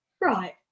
Right